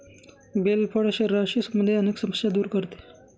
bell फळ शरीराशी संबंधित अनेक समस्या दूर करते